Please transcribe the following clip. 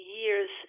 years